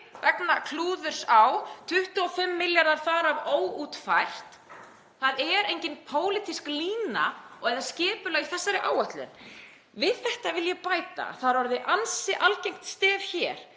vegna klúðurs á, 25 milljarðar þar af óútfært. Það er engin pólitísk lína eða skipulag í þessari áætlun. Við þetta vil ég bæta að það er orðið ansi algengt stef hér,